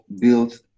built